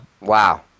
Wow